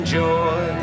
joy